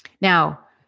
Now